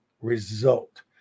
result